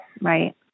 Right